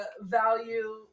value